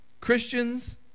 Christians